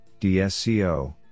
DSCO